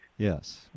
Yes